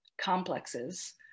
complexes